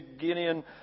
Guinean